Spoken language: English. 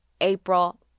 April